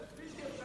זה בלתי אפשרי.